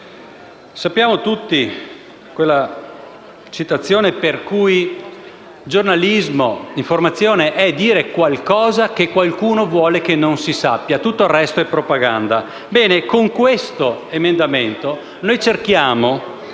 conosciamo tutti quella citazione per cui il giornalismo, l'informazione, è dire qualcosa che qualcuno vuole che non si sappia; tutto il resto è propaganda.